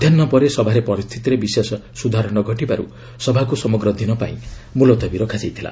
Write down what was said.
ମଧ୍ୟାହୁ ପରେ ସଭାରେ ପରିସ୍ଥିତିରେ ବିଶେଷ ସୁଧାର ନଘଟିବାରୁ ସଭାକୁ ସମଗ୍ର ଦିନ ପାଇଁ ମୁଲତବୀ ରଖାଯାଇଥିଲା